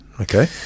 Okay